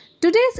today's